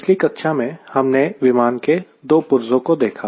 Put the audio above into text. पिछली कक्षा में हमने विमान के दो पुर्जो को देखा